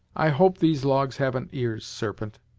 i hope these logs haven't ears, serpent!